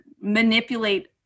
manipulate